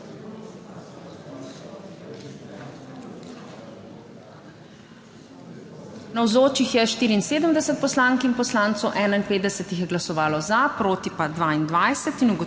Navzočih je 74 poslank in poslancev, 51 jih je glasovalo za, proti pa 22. (Za